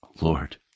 Lord